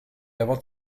avant